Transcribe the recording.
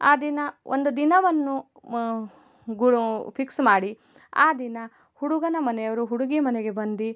ಆ ದಿನ ಒಂದು ದಿನವನ್ನು ಮ ಗುರು ಫಿಕ್ಸ್ ಮಾಡಿ ಆ ದಿನ ಹುಡುಗನ ಮನೆಯವರು ಹುಡುಗಿ ಮನೆಗೆ ಬಂದು